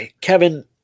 Kevin